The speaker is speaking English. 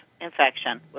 infection